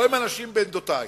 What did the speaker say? לא עם אנשים בעמדותי.